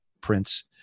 Prince